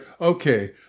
okay